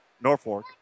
Norfolk